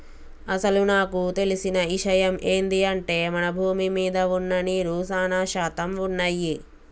అసలు నాకు తెలిసిన ఇషయమ్ ఏంది అంటే మన భూమి మీద వున్న నీరు సానా శాతం వున్నయ్యి